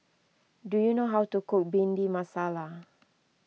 do you know how to cook Bhindi Masala